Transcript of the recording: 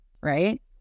right